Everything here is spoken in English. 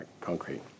concrete